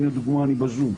הנה לדוגמא אני בזום.